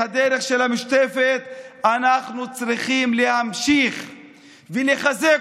את הדרך של המשותפת אנחנו צריכים להמשיך ולחזק.